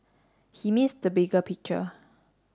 he missed the bigger picture